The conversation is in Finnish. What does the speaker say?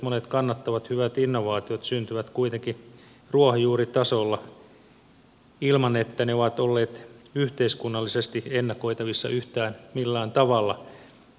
monet kannattavat hyvät innovaatiot syntyvät kuitenkin ruohonjuuritasolla ilman että ne ovat olleet yhteiskunnallisesti ennakoitavissa yhtään millään tavalla